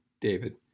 David